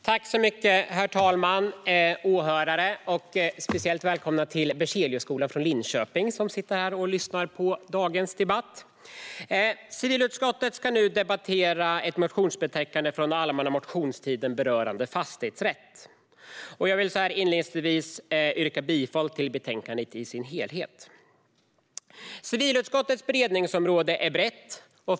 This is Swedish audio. Herr talman! Åhörare! Jag vill särskilt välkomna Berzeliusskolan från Linköping som sitter här och lyssnar på dagens debatt. Civilutskottet ska nu debattera ett motionsbetänkande från allmänna motionstiden rörande fastighetsrätt. Jag vill inledningsvis yrka bifall till utskottets förslag i betänkandet. Civilutskottets beredningsområde är brett.